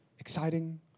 Exciting